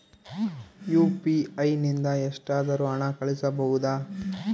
UPI ನಿಂದ ಎಷ್ಟಾದರೂ ಹಣ ಕಳಿಸಬಹುದಾ?